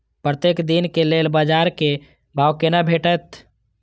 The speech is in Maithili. प्रत्येक दिन के लेल बाजार क भाव केना भेटैत?